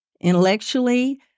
intellectually